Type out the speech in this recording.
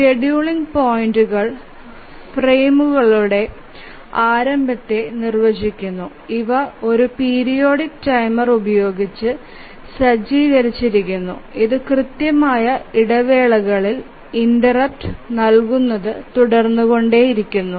scheduling പോയിന്റുകൾ ഫ്രെയിമുകളുടെ ആരംഭത്തെ നിർവചിക്കുന്നു ഇവ ഒരു പീരിയോഡിക് ടൈമർ ഉപയോഗിച്ച് സജ്ജീകരിച്ചിരിക്കുന്നു ഇത് കൃത്യമായ ഇടവേളകളിൽ ഇന്റെര്പ്ട് നൽകുന്നത് തുടരുന്നു